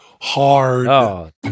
hard